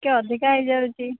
ଟିକେ ଅଧିକା ହେଇଯାଉଛି